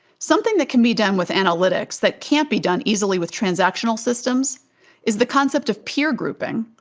something that can be done with analytics that can't be done easily with transactional systems is the concept of peer grouping.